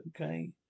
okay